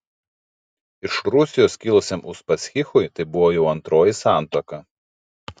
iš rusijos kilusiam uspaskichui tai buvo jau antroji santuoka